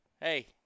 Hey